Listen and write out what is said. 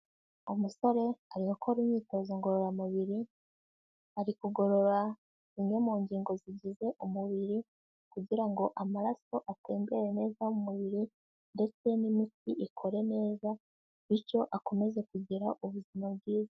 Umusore ari gukora imyitozo ngororamubiri ari kugorora imwe mu ngingo zigize umubiri kugira ngo amaraso atembere neza mu mubiri ndetse n'imitsi ikore neza bityo akomeze kugira ubuzima bwiza.